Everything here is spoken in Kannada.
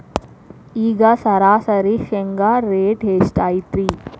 ಈಗ ಸರಾಸರಿ ಶೇಂಗಾ ರೇಟ್ ಎಷ್ಟು ಐತ್ರಿ?